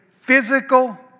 physical